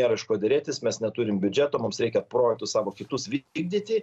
nėra iš ko derėtis mes neturim biudžeto mums reikia projektus savo kitus vykdyti